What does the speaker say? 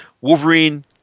Wolverine